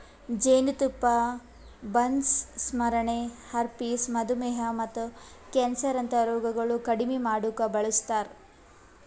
ಜೇನತುಪ್ಪ ಬರ್ನ್ಸ್, ಸ್ಮರಣೆ, ಹರ್ಪಿಸ್, ಮಧುಮೇಹ ಮತ್ತ ಕ್ಯಾನ್ಸರ್ ಅಂತಾ ರೋಗಗೊಳ್ ಕಡಿಮಿ ಮಾಡುಕ್ ಬಳಸ್ತಾರ್